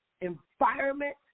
environment